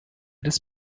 des